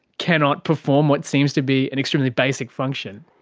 cannot perform what seems to be an extremely basic function.